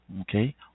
Okay